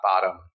bottom